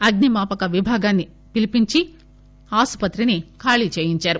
అగ్ని మాపక విభాగాన్ని పిలీపించి ఆసుపత్రిని ఖాళీ చేయించారు